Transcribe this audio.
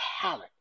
talent